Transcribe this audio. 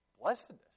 blessedness